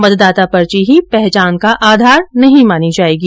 मतदाता पर्ची ही पहचान का आधार नहीं मानी जाएगी